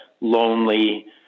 lonely